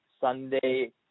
Sunday